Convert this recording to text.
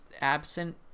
absent